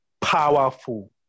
powerful